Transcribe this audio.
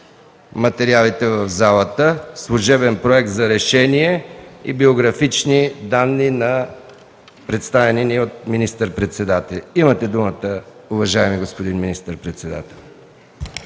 материалите в залата – служебен Проект за решение и биографични данни, представени от министър-председателя. Давам думата на министър-председателя